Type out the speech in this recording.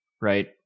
right